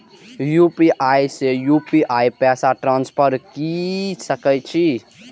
UPI से UPI पैसा transfer की सके छी?